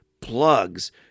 plugs